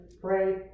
pray